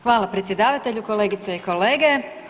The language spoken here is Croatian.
Hvala predsjedavatelju, kolegice i kolege.